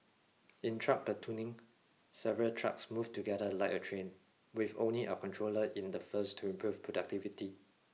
in trunk platooning several trucks move together like a train with only a controller in the first to improve productivity